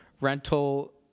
rental